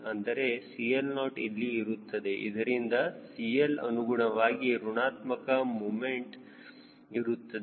ಅಂದರೆ CL0ಇಲ್ಲಿ ಇರುತ್ತದೆ ಇದರಿಂದ CG ಅನುಗುಣವಾಗಿ ಋಣಾತ್ಮಕ ಮೂಮೆಂಟ್ ಇರುತ್ತದೆ